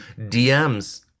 dms